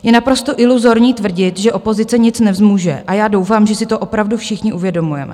Je naprosto iluzorní tvrdit, že opozice nic nezmůže, a já doufám, že si to opravdu všichni uvědomujeme.